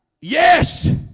yes